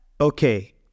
okay